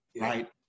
Right